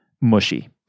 mushy